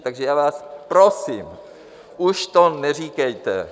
Takže já vás prosím, už to neříkejte.